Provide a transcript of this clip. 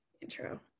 intro